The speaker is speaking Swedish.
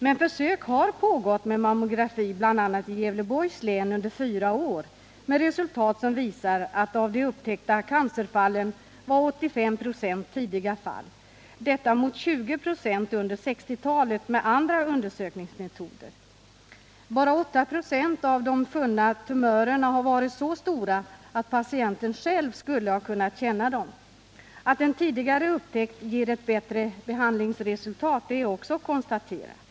Men försök har pågått med mammografi bl.a. i Gävleborgs län under fyra år, med resultat som visar att av de upptäckta cancerfallen var 85 96 tidiga fall — mot 20 96 under 1960-talet med andra undersökningsmetoder. Bara 8 96 av de funna tumörerna har varit så stora att patienten själv skulle ha kunnat känna dem. Att en tidigare upptäckt ger ett bättre behandlingsresultat är också konstaterat.